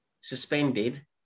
suspended